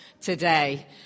today